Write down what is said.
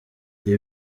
ibi